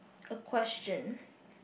a question